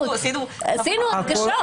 זה עניין טכני.